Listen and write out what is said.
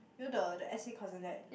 you know the the S_A cousin right